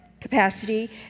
capacity